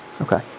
Okay